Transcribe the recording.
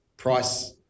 Price